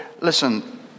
Listen